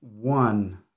one